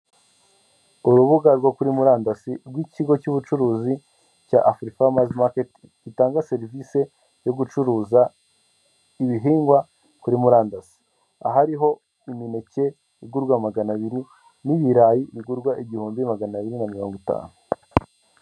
Urubuga rwo kuri murandasi rw'ikigo cy'ubucuruzi cya Afrika muvi maketi gitanga serivisi zo gucuruza ibihingwa kuri murandasi, ahariho imineke igurwa magana abiri, n'ibirayi bigurwa igihumbi magana abiri mi na mirongo itanu.